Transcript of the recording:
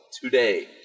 today